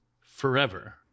forever